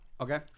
Okay